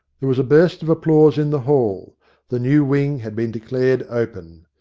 there was a burst of applause in the hall the new wing had been declared open.